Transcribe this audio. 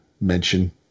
mention